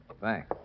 Thanks